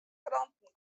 kranten